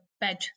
bed